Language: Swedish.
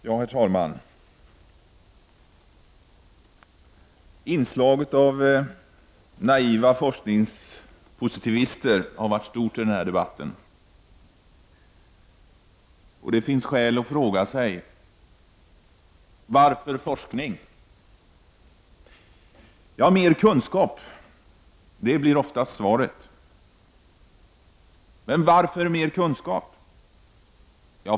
Herr talman! Inslaget av naiva forskningspositivister har varit stort i denna debatt. Det finns skäl att fråga sig: Varför forskning? Mer kunskap, blir ofta svaret. Men varför mer kunskap?